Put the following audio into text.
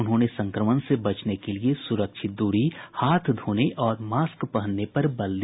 उन्होंने संक्रमण से बचने के लिए सुरक्षित दूरी हाथ धोने और मास्क पहनने पर बल दिया